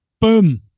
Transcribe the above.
Boom